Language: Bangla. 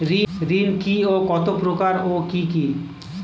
ঋণ কি ও কত প্রকার ও কি কি?